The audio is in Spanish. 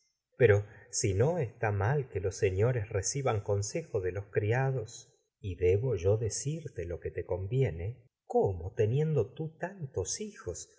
pero no mal que los de señores reciban consejo de los criados y debo yo cirte lo que te conviene cómo teniendo tú tantos hijos